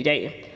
i dag.